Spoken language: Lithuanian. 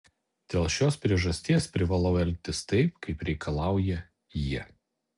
dėl šios priežasties privalau elgtis taip kaip reikalauja jie